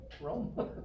Rome